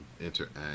interact